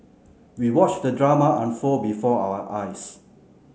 we watched the drama unfold before our eyes